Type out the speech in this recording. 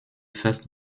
first